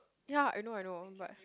ya I know I know but